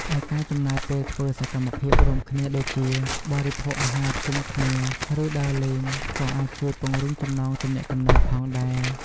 ឯការចំណាយពេលធ្វើសកម្មភាពរួមគ្នាដូចជា បរិភោគអាហារជុំគ្នា ឬដើរលេង ក៏អាចជួយពង្រឹងចំណងទំនាក់ទំនងផងដែរ។